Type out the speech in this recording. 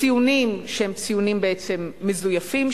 ציונים שהם ציונים בעצם מזויפים,